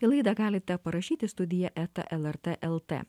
į laidą galite parašyti studija eta lrt lt